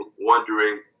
wondering